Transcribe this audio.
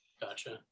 Gotcha